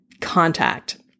contact